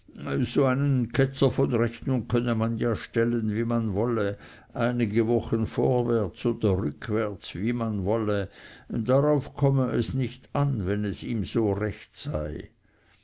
so einen ketzer von rechnung könne man ja stellen wie man wolle einige wochen vorwärts oder rückwärts wie man wolle darauf komme es nicht an wenn es ihm so recht sei